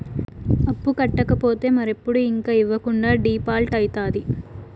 అప్పు కట్టకపోతే మరెప్పుడు ఇంక ఇవ్వకుండా డీపాల్ట్అయితాది